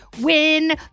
win